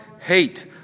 hate